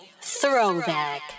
Throwback